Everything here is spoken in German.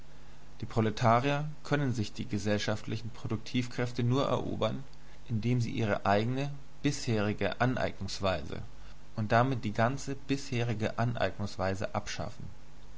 die proletarier können sich die gesellschaftlichen produktivkräfte nur erobern indem sie ihre eigene bisherige aneignungsweise und damit die ganze bisherige aneignungsweise abschaffen